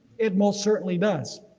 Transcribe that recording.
it most certainly does.